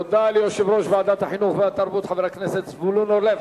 תודה ליושב-ראש ועדת החינוך והתרבות חבר הכנסת זבולון אורלב.